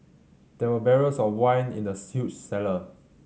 there were barrels of wine in the huge cellar